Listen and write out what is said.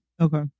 Okay